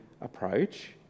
approach